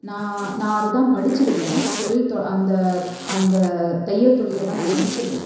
நான் நான் அதை தான் படிச்சிருக்கேன் தொழில் தொ அந்த க அந்த தையல் தொழில தான் நான் படிச்சிருக்கேன்